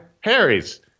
Harry's